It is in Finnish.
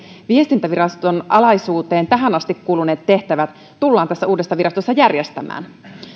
viestintäviraston alaisuuteen tähän asti kuuluneet tehtävät tullaan tässä uudessa virastossa järjestämään